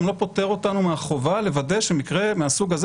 זה גם לא פוטר אותנו מהחובה לוודא שמקרה מהסוג הזה,